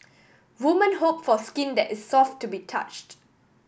women hope for skin that is soft to be touched